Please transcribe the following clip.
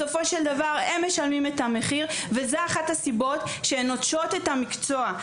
בסופו של דבר הם משלמים את המחיר וזאת אחת הסיבות שנוטשות את המקצוע.